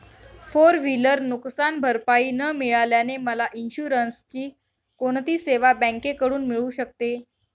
Four wheeler नुकसानभरपाई न मिळाल्याने मला इन्शुरन्सची कोणती सेवा बँकेकडून मिळू शकते?